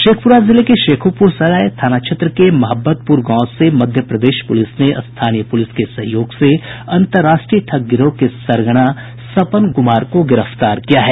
शेखपुरा जिले के शेखोपुर सराय थाना क्षेत्र के महब्बतपुर गांव से मध्य प्रदेश पुलिस ने स्थानी पुलिस के सहयोग से अन्तर्राष्ट्रीय ठग गिरोह के सरगना सपन कुमार को गिरफ्तार किया है